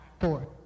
four